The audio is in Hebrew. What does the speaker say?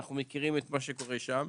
אנחנו מכירים את מה שקורה שם.